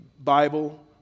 Bible